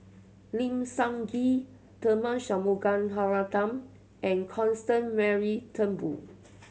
Lim Sun Gee Tharman Shanmugaratnam and Constance Mary Turnbull